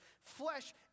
flesh